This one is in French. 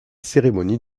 cérémonies